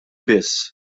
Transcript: biss